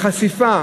לחשיפה